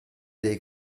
dei